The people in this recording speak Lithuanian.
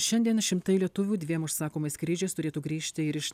šiandien šimtai lietuvių dviem užsakomais skrydžiais turėtų grįžti ir iš